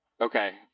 Okay